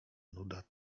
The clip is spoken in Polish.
nuda